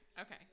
Okay